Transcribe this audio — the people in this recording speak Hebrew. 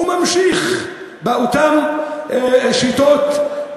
הוא ממשיך באותן שיטות,